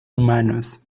humanos